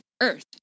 Earth